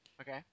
Okay